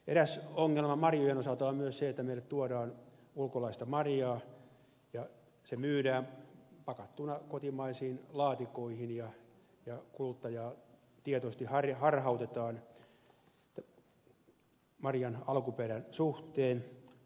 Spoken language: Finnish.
eräs ongelma marjojen osalta on myös se että meille tuodaan ulkomaista marjaa ja se myydään pakattuna kotimaisiin laatikoihin ja kuluttajaa tietoisesti harhautetaan marjan alkuperän suhteen